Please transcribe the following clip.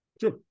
Sure